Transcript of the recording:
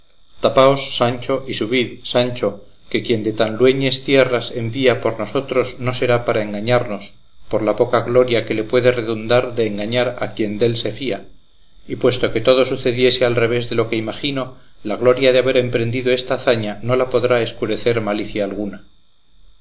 tapaos sancho y subid sancho que quien de tan lueñes tierras envía por nosotros no será para engañarnos por la poca gloria que le puede redundar de engañar a quien dél se fía y puesto que todo sucediese al revés de lo que imagino la gloria de haber emprendido esta hazaña no la podrá escurecer malicia alguna